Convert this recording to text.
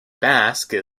basque